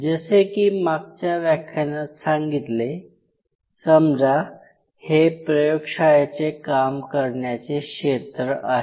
जसे की मागच्या व्याख्यानात सांगितले समजा हे प्रयोग शाळेचे काम करण्याचे क्षेत्र आहे